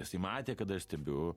jisai matė kad aš stebiu